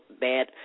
bad